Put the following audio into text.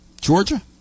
georgia